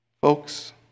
Folks